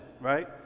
right